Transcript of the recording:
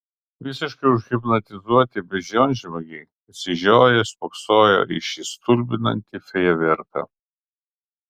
visiškai užhipnotizuoti beždžionžmogiai išsižioję spoksojo į šį stulbinantį fejerverką